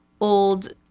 old